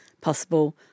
possible